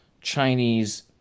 Chinese